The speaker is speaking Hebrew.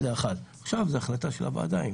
עכשיו זו החלטה של הוועדה.